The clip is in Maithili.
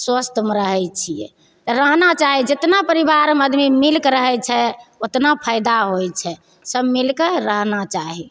स्वस्थमे रहय छियै रहना चाही जेतना परिवारमे आदमी मिलके रहय छै ओतना फायदा होइ छै सब मिलके रहना चाही